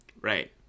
Right